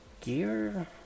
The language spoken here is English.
gear